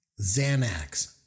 Xanax